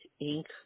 ink